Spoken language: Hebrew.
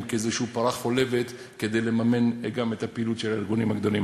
איזושהי פרה חולבת כדי לממן גם את הפעילות של הארגונים הגדולים.